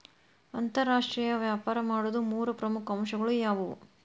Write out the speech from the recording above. ಅಂತರಾಷ್ಟ್ರೇಯ ವ್ಯಾಪಾರ ಮಾಡೋದ್ ಮೂರ್ ಪ್ರಮುಖ ಅಂಶಗಳು ಯಾವ್ಯಾವು?